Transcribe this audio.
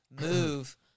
move